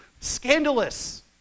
Scandalous